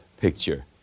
picture